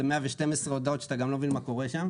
זה 112 הודעות שאתה גם לא מבין מה קורה שם.